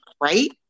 right